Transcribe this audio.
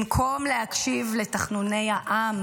במקום להקשיב לתחנוני העם